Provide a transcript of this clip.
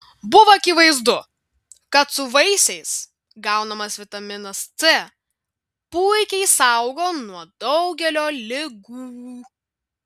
buvo akivaizdu kad su vaisiais gaunamas vitaminas c puikiai saugo nuo daugelio ligų